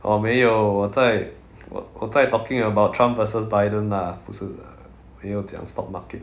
orh 没有我在我我在 talking about trump versus biden ah 不是没有讲 stock market